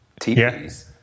TVs